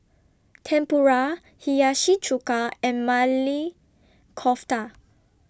Tempura Hiyashi Chuka and Maili Kofta